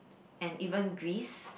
and even Greece